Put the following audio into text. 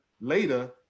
later